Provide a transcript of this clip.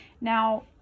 Now